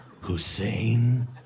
Hussein